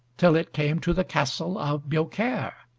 till it came to the castle of biaucaire,